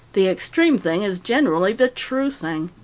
the extreme thing is generally the true thing.